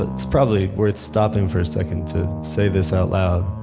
it's probably worth stopping for a second to say this out loud.